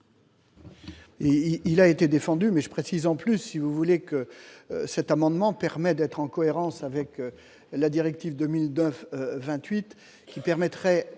il a été défendu mais je précise en plus si vous voulez que cet amendement permet d'être en cohérence avec la directive 2009 28 qui permettrait